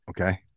Okay